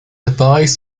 appareils